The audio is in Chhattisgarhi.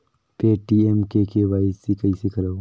पे.टी.एम मे के.वाई.सी कइसे करव?